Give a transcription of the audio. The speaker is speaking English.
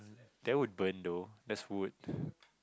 that would burn though that's wood